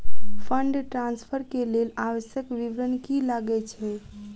Fund transfer केँ लेल आवश्यक विवरण की की लागै छै?